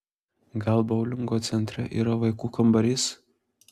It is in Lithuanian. gal boulingo centre yra vaikų kambarys